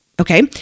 Okay